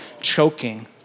choking